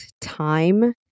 time